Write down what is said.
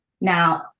Now